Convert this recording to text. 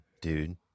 dude